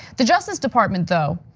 the justice department though,